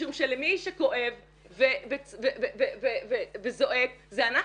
משום שלמי שכואב וזועק אלה אנחנו.